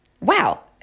wow